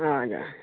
हजुर